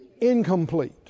Incomplete